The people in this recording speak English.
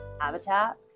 habitat